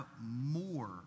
more